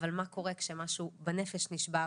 אבל מה קורה כשמשהו בנפש נשבר,